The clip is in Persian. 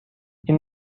این